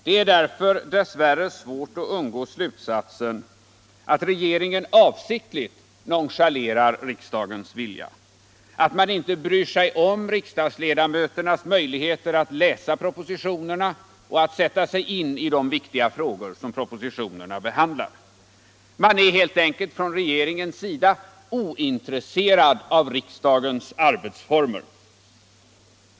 Det är därför dess värre svårt att undgå slutsatsen att regeringen avsiktligt nonchalerar riksdagens vilja — att man inte bryr sig om riksdagsledamöternas möjligheter att läsa propositionerna och att sätta sig in i de viktiga frågor som propositionerna behandlar. Man är helt enkelt från regeringens sida ointresserad av riksdagens arbetsformer.